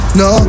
no